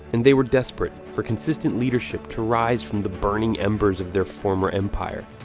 and they were desperate for consistent leadership to rise from the burning embers of their former empire.